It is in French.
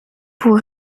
pour